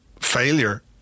failure